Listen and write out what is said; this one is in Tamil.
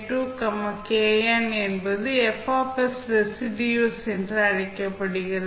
kn என்பது F ரெஸிடுயூஸ் என அழைக்கப்படுகிறது